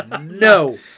no